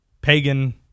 Pagan